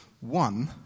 one